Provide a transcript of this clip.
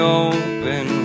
open